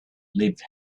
leave